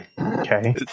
Okay